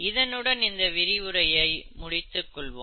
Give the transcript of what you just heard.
இதனுடன் இந்த விரிவுரையை முடித்துக் கொள்வோம்